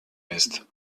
ist